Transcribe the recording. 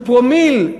פרומיל,